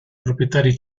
proprietari